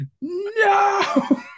No